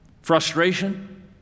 frustration